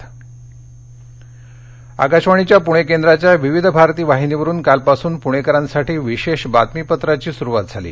प्णे वृत्तांत आकाशवाणीच्या पूणे केंद्राच्या विविध भारती वाहिनीवरून कालपासून पुणेकरांसाठी विशेष बातमीपत्राची सुरुवात झाली